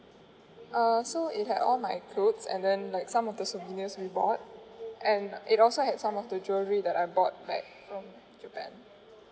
uh so it had all my clothes and then like some of the souvenirs we bought and it also had some of the jewelery that I brought back from japan